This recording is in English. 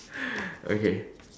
okay